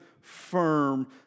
firm